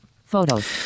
Photos